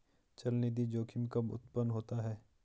चलनिधि जोखिम कब उत्पन्न होता है?